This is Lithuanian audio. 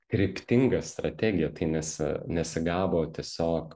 kryptinga strategija tai nes nesigavo tiesiog